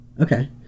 Okay